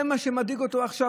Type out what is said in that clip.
זה מה שמדאיג אותו עכשיו?